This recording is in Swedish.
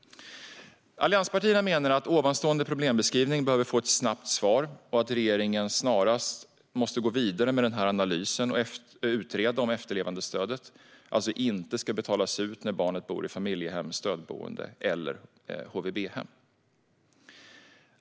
Allianspartierna menar att ovanstående problembeskrivning behöver få ett snabbt svar och att regeringen därför snarast måste gå vidare med denna analys och utreda om efterlevandestöd inte ska betalas ut när barnet bor i familjehem, stödboende eller HVB-hem.